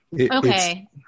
okay